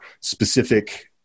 specific